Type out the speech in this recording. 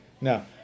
No